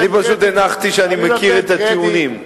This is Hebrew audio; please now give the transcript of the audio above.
אני פשוט הנחתי שאני מכיר את הטיעונים.